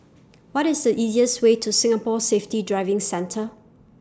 What IS The easiest Way to Singapore Safety Driving Centre